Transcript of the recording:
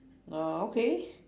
uh okay